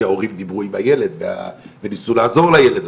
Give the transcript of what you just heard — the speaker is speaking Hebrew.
שההורים דיברו עם הילד וניסו לעזור לילד,